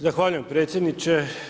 Zahvaljujem predsjedniče.